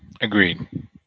Agreed